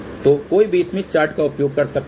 तो कोई भी स्मिथ चार्ट का उपयोग कर सकता है